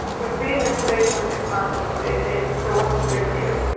you've been in space for six months on a space station, so what's the big deal?